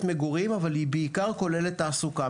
מגורים אבל היא בעיקר כוללת תעסוקה.